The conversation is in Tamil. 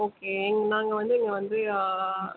ஓகே இங்கே நாங்கள் வந்து இங்கே வந்து ஆ